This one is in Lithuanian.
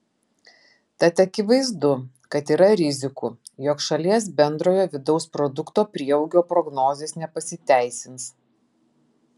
tad akivaizdu kad yra rizikų jog šalies bendrojo vidaus produkto prieaugio prognozės nepasiteisins